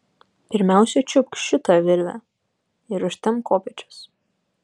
pirmiausia čiupk šitą virvę ir užtempk kopėčias